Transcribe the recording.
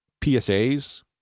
PSAs